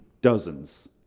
dozens